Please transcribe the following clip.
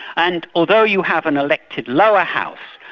and although you have an elected lower house,